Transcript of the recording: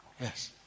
Yes